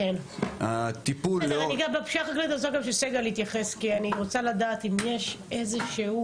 --- אני רוצה לדעת אם יש איזשהו